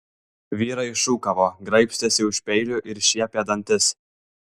vyrai šūkavo graibstėsi už peilių ir šiepė dantis